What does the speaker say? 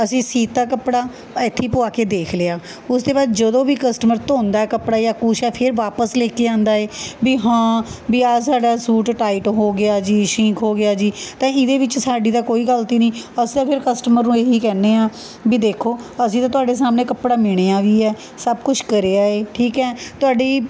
ਅਸੀਂ ਸੀਅ ਤਾ ਕੱਪੜਾ ਇੱਥੇ ਹੀ ਪਵਾ ਕੇ ਦੇਖ ਲਿਆ ਉਸ ਤੇ ਬਾਅਦ ਜਦੋਂ ਵੀ ਕਸਟਮਰ ਧੋਂਦਾ ਹੈ ਕੱਪੜਾ ਜ਼ਾਂ ਕੁਛ ਹੈ ਫਿਰ ਵਾਪਿਸ ਲੈ ਕੇ ਆਉਂਦਾ ਹੈ ਵੀ ਹਾਂ ਵੀ ਆਹ ਸਾਡਾ ਸੂਟ ਟਾਈਟ ਹੋ ਗਿਆ ਜੀ ਸ਼ੀਂਕ ਹੋ ਗਿਆ ਜੀ ਤਾਂ ਇਹਦੇ ਵਿੱਚ ਸਾਡੀ ਤਾਂ ਕੋਈ ਗਲਤੀ ਨਹੀਂ ਅਸੀਂ ਤਾਂ ਫਿਰ ਕਸਟਮਰ ਨੂੰ ਇਹ ਹੀ ਕਹਿੰਦੇ ਹਾਂ ਵੀ ਦੇਖੋ ਅਸੀਂ ਤਾਂ ਤੁਹਾਡੇ ਸਾਹਮਣੇ ਕੱਪੜਾ ਮਿਣਿਆ ਵੀ ਹੈ ਸਭ ਕੁਛ ਕਰਿਆ ਹੈ ਠੀਕ ਹੈ ਤੁਹਾਡੀ